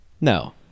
No